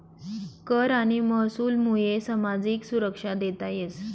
कर आणि महसूलमुये सामाजिक सुरक्षा देता येस